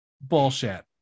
Bullshit